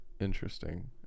Interesting